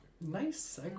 Nice